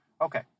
Okay